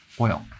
oil